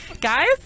guys